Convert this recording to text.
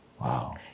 Wow